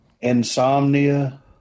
Insomnia